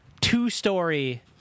two-story